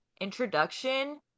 introduction